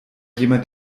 jemand